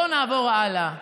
בואו נעבור הלאה.